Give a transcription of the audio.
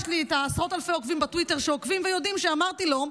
יש לי עשרות אלפי עוקבים בטוויטר שעוקבים ויודעים שאמרתי לו.